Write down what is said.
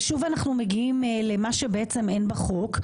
ושוב אנחנו מגיעים למה שבעצם אין בחוק,